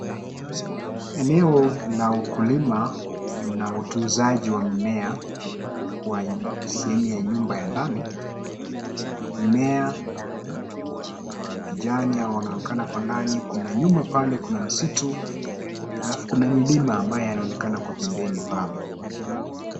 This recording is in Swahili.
Eneo la ukulima na utunzaji wa mimea kwa sehemu ya nyumba ya ndani, Mimea ya kijani inaonekana kwa ndani kuna nyumba pale kuna misitu alafu kuna milima ambayo inaonekana kwa pembeni pale.